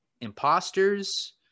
imposters